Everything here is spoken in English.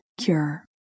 cure